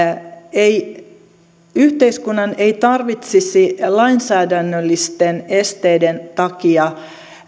yhteiskunnan ei tarvitsisi lainsäädännöllisten esteiden takia